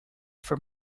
for